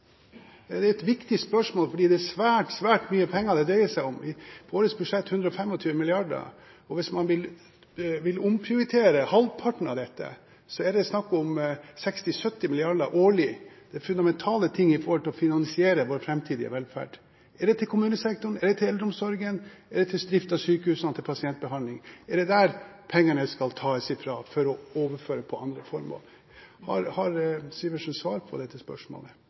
Det er et viktig spørsmål, for det er svært, svært mye penger det dreier seg om. I årets budsjett er det 125 mrd. kr. Hvis man vil omprioritere halvparten av dette, er det snakk om 60–70 mrd. kr årlig. Det er fundamentale ting når det gjelder å finansiere vår framtidige velferd. Er det kommunesektoren, er det eldreomsorgen, er det drift av sykehusene og pasientbehandling pengene skal tas fra for å bli overført til andre formål? Har Syversen svar på dette spørsmålet?